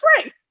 free